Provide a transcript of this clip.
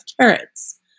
carrots